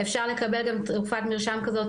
אפשר לקבל גם תרופת מרשם כזאת,